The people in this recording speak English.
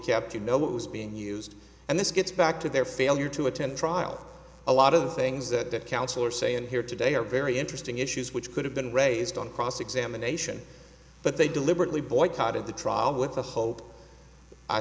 kept you know what was being used and this gets back to their failure to attend trial a lot of the things that council are saying here today are very interesting issues which could have been raised on cross examination but they deliberately boycotted the trial with the hope i